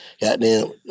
Goddamn